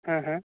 हाँ हाँ